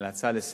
על ההצעה לסדר.